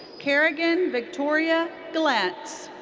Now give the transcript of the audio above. carrigan victoria glatz.